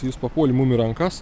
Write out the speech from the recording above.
jis papuolė mum į rankas